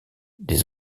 des